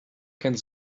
kennt